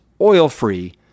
oil-free